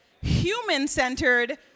human-centered